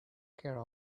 care